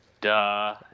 duh